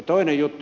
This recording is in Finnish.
toinen juttu